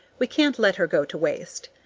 we can't let her go to waste.